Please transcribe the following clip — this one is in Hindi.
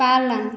पालन